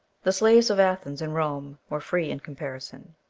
the slaves of athens and rome were free in comparison.